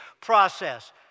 process